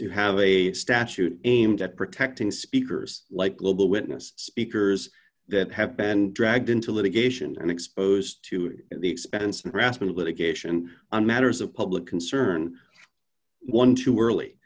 to have a statute aimed at protecting speakers like global witness speakers that have been dragged into litigation and exposed to the expense and rassmann of litigation on matters of public concern one too early